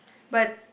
but